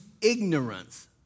ignorance